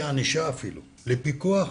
כלי ענישה אפילו, לפיקוח,